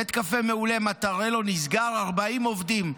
בית הקפה המעולה מטרלו נסגר, 40 עובדים.